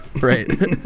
right